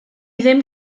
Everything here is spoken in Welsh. ddim